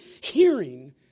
hearing